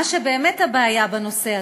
מה שבאמת הבעיה בנושא הזה,